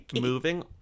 Moving